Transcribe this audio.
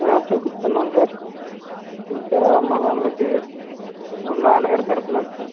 చూపిస్తున్నాన్ sir ఇంట్లో అమ్మా నాన్నలకి నాన్న గారు పెడుతున్నారు సార్